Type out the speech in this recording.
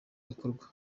bikorwa